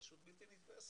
פשוט בלתי נתפסת.